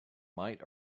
might